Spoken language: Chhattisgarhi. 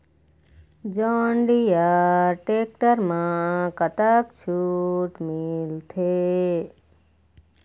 जॉन डिअर टेक्टर म कतक छूट मिलथे?